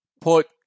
put